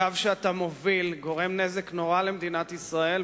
הקו שאתה מוביל גורם נזק נורא למדינת ישראל,